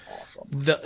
awesome